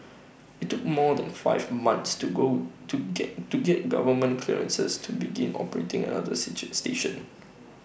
IT took more than five months to go to get to get government clearances to begin operating another station